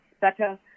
better